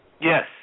Yes